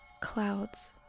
clouds